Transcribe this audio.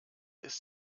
ist